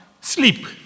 sleep